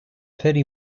pity